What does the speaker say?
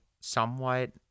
somewhat